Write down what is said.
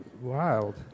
wild